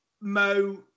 mo